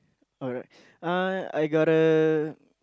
alright uh I got a